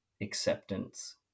acceptance